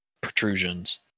protrusions